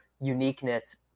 uniqueness